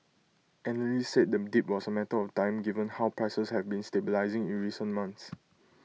analysts said the dip was A matter of time given how prices have been stabilising in recent months